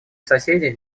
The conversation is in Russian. соседи